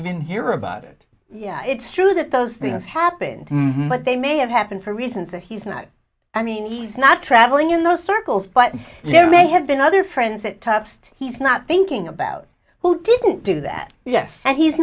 even hear about it yeah it's true that those things happened but they may have happened for reasons that he's not i mean he's not traveling in those circles but you know may have been other friends that test he's not thinking about who didn't do that yes and he's